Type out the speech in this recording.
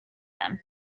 them